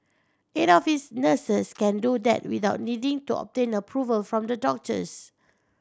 eight of its nurses can do that without needing to obtain approval from the doctors